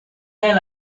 ailes